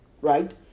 Right